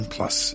Plus